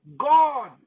God